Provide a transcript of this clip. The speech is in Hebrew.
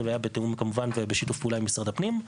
זה היה כמובן בתיאום ובשיתוף פעולה עם משרד הפנים.